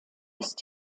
ist